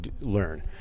learn